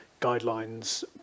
guidelines